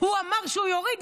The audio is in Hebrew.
הוא אמר שהוא יוריד,